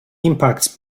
impacts